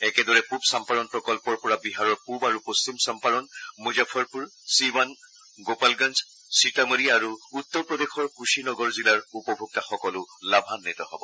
একেদৰে পূব চাম্পৰণ প্ৰকল্পৰ পৰা বিহাৰৰ পূব আৰু পশ্চিম চম্পাৰণ মুজাফৰপুৰ চিৱান গোপালগঞ্জ সীতামঢ়ি আৰু উত্তৰ প্ৰদেশৰ কুশি নগৰ জিলাৰ উপভোক্তাসকলো লাভান্বিত হব